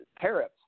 tariffs